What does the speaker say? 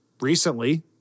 recently